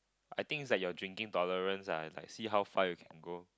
I think is like your drinking tolerance ah is like see how far you can go